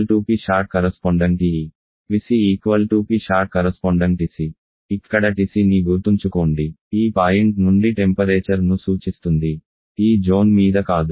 PE Psat PC Psat ఇక్కడ TC ని గుర్తుంచుకోండి ఈ పాయింట్ నుండి టెంపరేచర్ ను సూచిస్తుంది ఈ జోన్ మీద కాదు